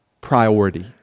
priority